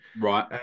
Right